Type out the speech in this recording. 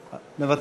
מצטער, לא שמעתי.